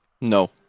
No